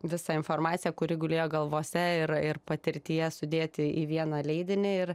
visą informaciją kuri gulėjo galvose ir ir patirtyje sudėti į vieną leidinį ir